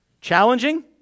Challenging